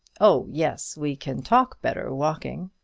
oh, yes we can talk better walking.